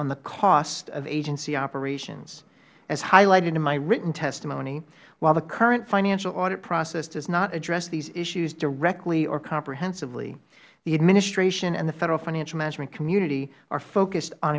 on the cost of agency operations as highlighted in my written testimony while the current financial audit process does not address these issues directly or comprehensively the administration and the federal financial management community are focused on